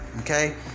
okay